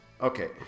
Okay